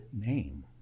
name